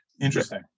Interesting